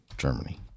Germany